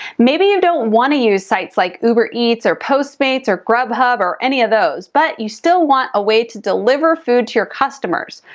maybe you don't want to use sites like uber eats, or postmates, or grubhub, or any of those, but you still want a way to deliver food to your customers.